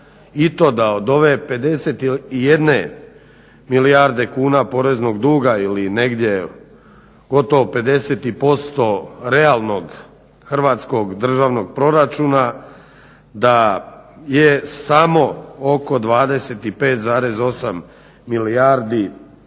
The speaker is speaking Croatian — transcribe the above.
i to da od ove 51 milijarde kuna poreznog duga ili negdje gotovo 50% realnog Hrvatskog državnog proračuna da je samo oko 25,8 milijardi